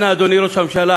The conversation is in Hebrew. אנא, אדוני ראש הממשלה,